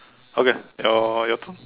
okay your your turn